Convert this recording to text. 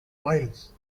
oils